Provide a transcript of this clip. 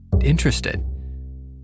interested